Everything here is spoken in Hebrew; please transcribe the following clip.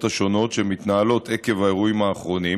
השונות שמתנהלות עקב האירועים האחרונים